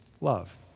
love